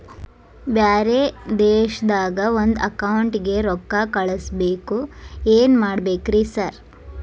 ಬ್ಯಾರೆ ದೇಶದಾಗ ಒಂದ್ ಅಕೌಂಟ್ ಗೆ ರೊಕ್ಕಾ ಕಳ್ಸ್ ಬೇಕು ಏನ್ ಮಾಡ್ಬೇಕ್ರಿ ಸರ್?